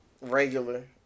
regular